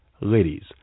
Ladies